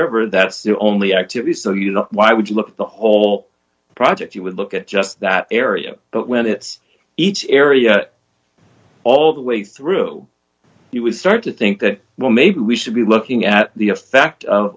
river that's the only activity so you know why would you look at the whole project you would look at just that area when it each area all the way through you would start to think that well maybe we should be looking at the effect of